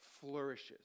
flourishes